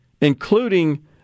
including